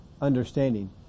understanding